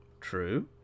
True